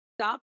Stop